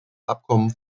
abkommen